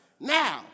now